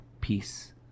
peace